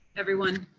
everyone.